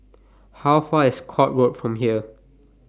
How Far IS Court Road from here